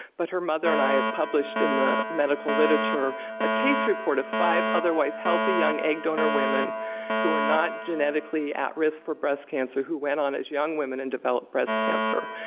but her mother and i have published in the medical literature a case report of five otherwise healthy young egg donor women who were not genetically at risk for breast cancer who went on, as young women, and developed breast cancer.